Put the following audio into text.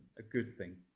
a good thing.